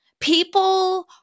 people